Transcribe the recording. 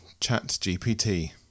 ChatGPT